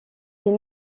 est